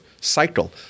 cycle